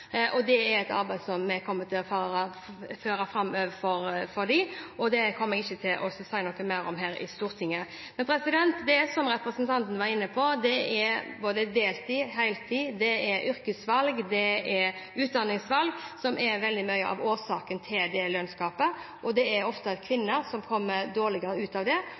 Det er et arbeid som vi kommer til å føre fram overfor dem, og dette kommer jeg ikke til å si noe mer om her i Stortinget. Representanten var inne på både deltid og heltid, yrkesvalg og utdanningsvalg, som er mye av årsakene til lønnsgapet. Det er ofte kvinner som kommer dårligere ut av dette, og det